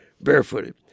barefooted